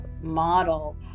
model